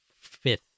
fifth